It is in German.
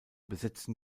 besetzten